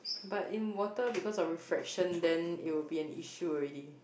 but in water because of refraction then it will be an issue already